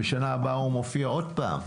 בשנה הבאה זה מופיע עוד פעם,